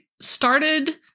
started